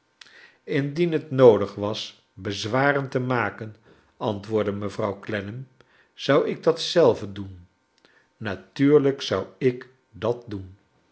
indien het noodig was bezwaren te maken antwoordde mevrouw clennam zou ik dat zelve doen natuur lij k z ou ik dat doen